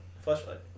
flashlight